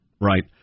right